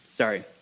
Sorry